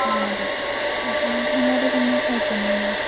ആ അതെ അപ്പോൾ ഇങ്ങോട്ടേക്കൊന്ന് അയക്കുമോ എന്നാൽ നിങ്ങൾ